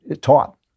taught